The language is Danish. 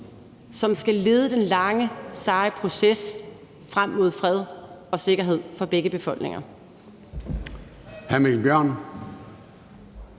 som skal lede den lange, seje proces frem mod fred og sikkerhed for begge befolkninger.